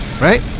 right